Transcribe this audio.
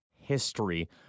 history